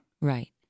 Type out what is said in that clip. Right